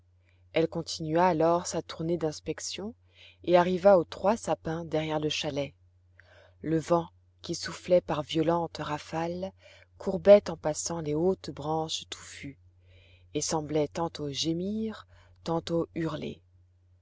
elle continua alors sa tournée d'inspection et arriva aux trois sapins derrière le chalet le vent qui soufflait par violentes rafales courbait en passant les hautes branches touffues et semblait tantôt gémir tantôt hurler